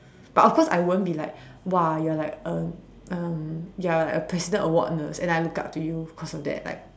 but of course I won't be like !wah! you are like a um you are like a president award nurse and I look up to you because of that like